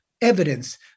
evidence